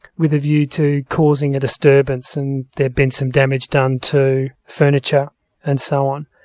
with a view to causing a disturbance, and there'd been some damage done to furniture and so on.